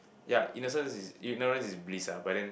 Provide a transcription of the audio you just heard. ya innocent is ignorance is bliss ah but then